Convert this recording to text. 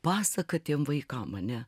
pasaka tiem vaikam ane